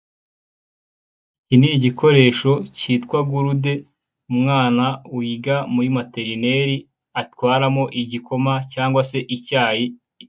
Iki ni igikoresho kitwa gurude, umwana wiga muri materineri atwaramo igikoma cyangwa se icyayi.